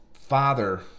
father